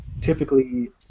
typically